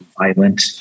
violent